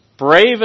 brave